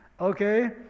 okay